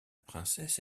princesse